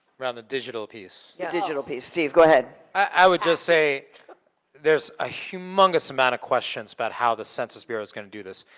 digital piece. the digital piece. steve, go ahead. i would just say there's a humongous amount of questions about how the census bureau is gonna do this.